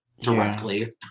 directly